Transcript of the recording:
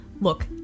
look